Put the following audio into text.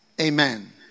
Amen